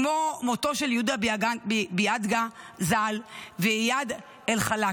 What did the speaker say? כמו מותם של יהודה ביאדגה ז"ל ואיאד אל-חלאק,